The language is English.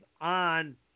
on